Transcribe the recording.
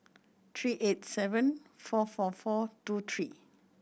three eight seven four four four two three